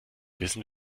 wissen